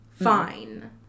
fine